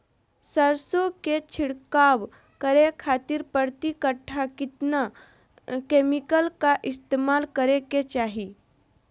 सरसों के छिड़काव करे खातिर प्रति कट्ठा कितना केमिकल का इस्तेमाल करे के चाही?